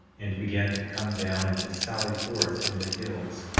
and began to come down and to sally forth from the hills,